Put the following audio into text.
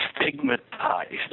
stigmatized